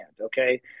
Okay